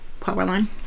Powerline